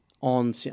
on